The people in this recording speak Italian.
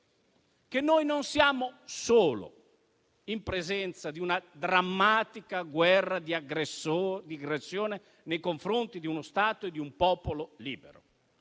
che non siamo solo in presenza di una drammatica guerra di aggressione nei confronti di uno Stato e di un popolo libero,